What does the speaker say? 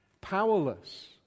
Powerless